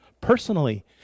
personally